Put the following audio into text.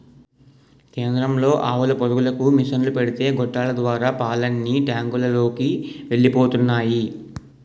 కేంద్రంలో ఆవుల పొదుగులకు మిసన్లు పెడితే గొట్టాల ద్వారా పాలన్నీ టాంకులలోకి ఎలిపోతున్నాయి